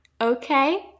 okay